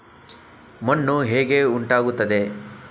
ಮಣ್ಣು ಹೇಗೆ ಉಂಟಾಗುತ್ತದೆ?